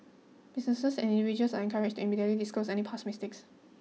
businesses and individuals are encouraged to immediately disclose any past mistakes